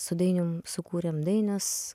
su dainium sukūrėm dainius